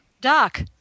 Doc